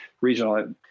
regional